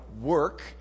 work